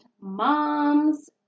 moms